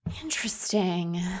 Interesting